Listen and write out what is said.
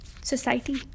society